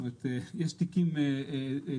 זאת אומרת, יש תיקים דיגיטליים.